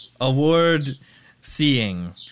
Award-seeing